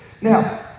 Now